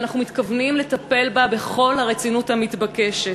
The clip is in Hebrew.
ואנחנו מתכוונים לטפל בה בכל הרצינות המתבקשת.